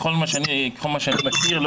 ככל שאני מכיר אותו,